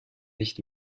nicht